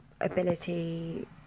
ability